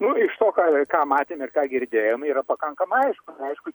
nu iš to ką ką matėm ir ką girdėjom yra pakankamai aišku neaišku